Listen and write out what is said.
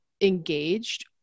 engaged